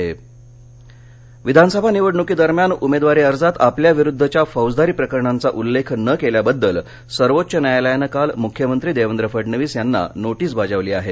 मख्यमंत्री विधानसभा निवडणुकी दरम्यान उमेदवारी अर्जात आपल्या विरुध्दच्या फौजदारी प्रकरणांचा उल्लेख न केल्याबद्दल सर्वोच्च न्यायालयान काल मुख्यमंत्री देवेंद्र फडणवीस याना नोटीस बजावली आहे